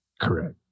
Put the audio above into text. Correct